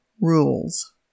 rules